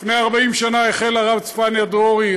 לפני 40 שנה החל הרב צפניה דרורי,